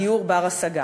דיור בר-השגה.